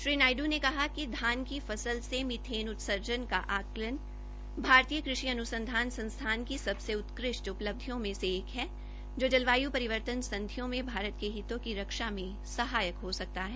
श्री नायडू ने कहा कि धान की फसल से मीथेन उत्सर्जन का आकलन भारतीय कृषि अनुसंधान की सबसे उत्कृष्ट उपलब्धियों में से एक है जो जलवायु परिवर्तन संधियों में भारत के हितों की रक्षा मे सहायक हो सकता है